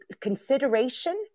Consideration